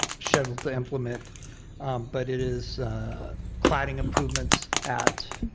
shuttled to implement but it is clad improvements at